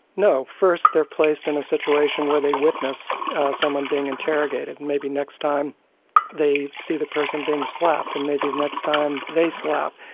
no. first they are placed in a situation where they witness someone being interrogated, and maybe next time they see the person being slapped. and maybe the next time they slap.